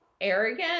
arrogant